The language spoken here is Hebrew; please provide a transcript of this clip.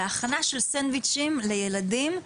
בהכנה של סנדוויצ'ים לילדים.